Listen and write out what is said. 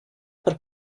per